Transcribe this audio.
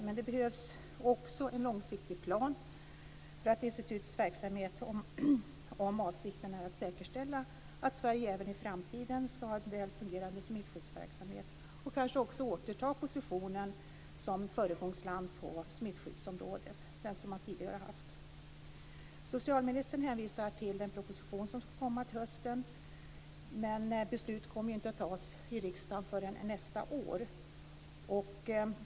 Men det behövs också en långsiktig plan om avsikten är att säkerställa att Sverige även i framtiden ska ha en väl fungerande smittskyddsverksamhet och kanske också återta positionen som föregångsland på smittskyddsområdet som man tidigare har haft. Socialministern hänvisar till den proposition som ska komma till hösten, men beslut kommer ju inte att fattas i riksdagen förrän nästa år.